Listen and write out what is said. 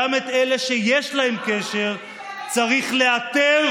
גם את אלה שיש להם קשר צריך לאתר